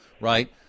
right